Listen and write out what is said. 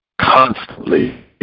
constantly